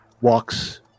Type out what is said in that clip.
walks